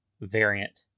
variant